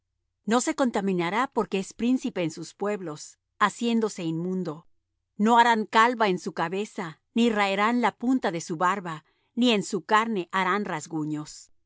no se contaminará porque es príncipe en sus pueblos haciéndose inmundo no harán calva en su cabeza ni raerán la punta de su barba ni en su carne harán rasguños